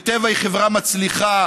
וטבע היא חברה מצליחה,